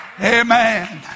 Amen